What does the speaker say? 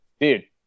Dude